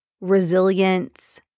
resilience